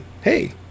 hey